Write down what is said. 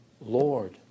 Lord